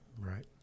Right